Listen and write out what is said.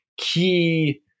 key